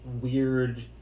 weird